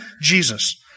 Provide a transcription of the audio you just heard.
Jesus